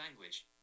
language